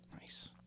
Nice